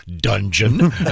dungeon